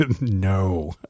No